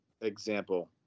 example